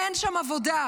אין שם עבודה,